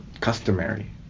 customary